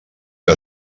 que